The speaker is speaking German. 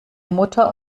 mutter